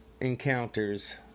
Encounters